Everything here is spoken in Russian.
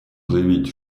заявить